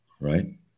right